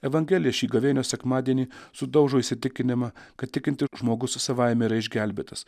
evangelija šį gavėnios sekmadienį sudaužo įsitikinimą kad tikintis žmogus savaime yra išgelbėtas